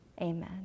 Amen